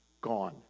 gone